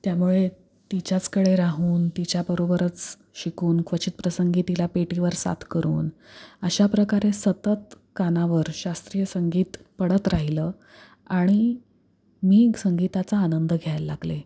त्यामुळे तिच्याचकडे राहून तिच्याबरोबरच शिकून क्वचित प्रसंगी तिला पेटीवर साथ करून अशा प्रकारे सतत कानावर शास्त्रीय संगीत पडत राहिलं आणि मी संगीताचा आनंद घ्यायला लागले